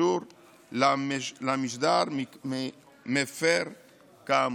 הקשור למשדר מפר כאמור.